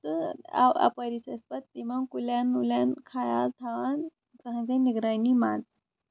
تہٕ اَپٲری چھِ أسۍ پتہٕ یِمن کُلین وُلین خیال تھاوان أہنزِ نِگرٲنی منٛز